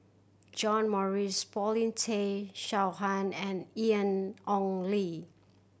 John Morrice Paulin Tay Straughan and Ian Ong Li